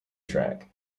track